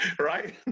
right